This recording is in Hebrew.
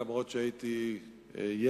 אף-על-פי שהייתי ילד,